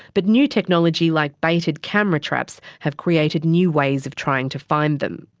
but new technology like baited camera traps have created new ways of trying to find them.